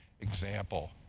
example